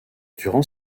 durant